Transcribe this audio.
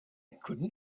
couldn’t